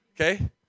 Okay